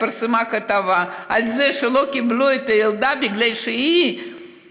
התפרסמה כתבה על שלא קיבלו את הילדה בגלל שלפני